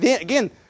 Again